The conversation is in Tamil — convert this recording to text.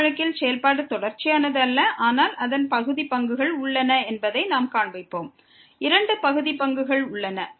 இந்த வழக்கில் செயல்பாடு தொடர்ச்சியானது அல்ல ஆனால் அதன் பகுதி பங்குகள் உள்ளன என்பதை நாம் காண்பிப்போம் இரண்டு பகுதி பங்குகள் உள்ளன